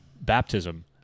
baptism